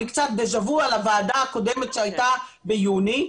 אני קצת בדה-ז'ה-וו על הוועדה הקודמת שהייתה ביוני,